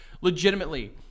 Legitimately